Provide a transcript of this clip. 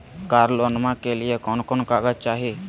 कार लोनमा के लिय कौन कौन कागज चाही?